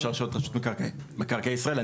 אפשר לשאול את רשות מקרקעי ישראל.